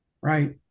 Right